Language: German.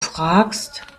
fragst